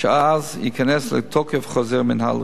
שאז ייכנס לתוקף חוזר מינהל רפואה.